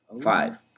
Five